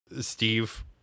Steve